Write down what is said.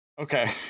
Okay